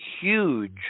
huge